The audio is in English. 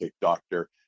doctor